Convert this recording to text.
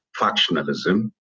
factionalism